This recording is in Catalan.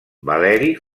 valeri